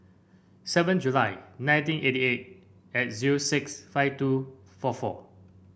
seven July nineteen eighty eight at zero six five two four four